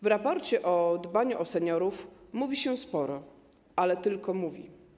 W raporcie o dbaniu o seniorów mówi się sporo, ale tylko się mówi.